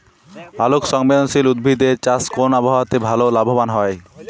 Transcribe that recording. আলোক সংবেদশীল উদ্ভিদ এর চাষ কোন আবহাওয়াতে ভাল লাভবান হয়?